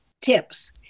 tips